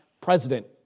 president